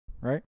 right